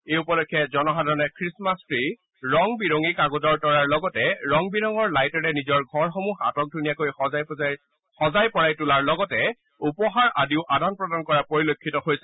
এই উপলক্ষে জনসাধাৰণে খ্ৰীষ্টমাছ ত্ৰি ৰং বৰঙি কাগজৰ তৰাৰ লগতে ৰং বিৰঙৰ লাইটেৰে নিজৰ ঘৰসমূহ আটকধূনীয়াকৈ সজাই পৰাই তোলাৰ লগতে উপহাৰ আদিও আদান প্ৰদান কৰা পৰিলক্ষিত হৈছে